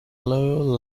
lower